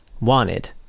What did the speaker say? Wanted